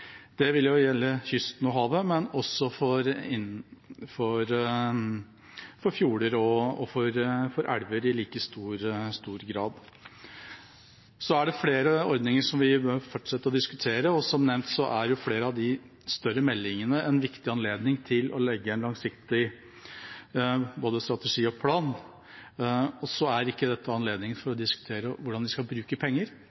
Det vil gjelde for kysten og havet, men også for fjorder og elver i like stor grad. Så er det flere ordninger som vi vil fortsette å diskutere, og som nevnt er flere av de større meldingene en viktig anledning til å legge en langsiktig strategi og plan. Dette er ikke anledningen for